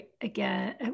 again